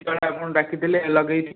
ଯେତେବେଳେ ଆପଣ ଡାକିଥିଲେ ଲଗାଇ